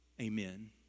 Amen